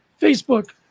Facebook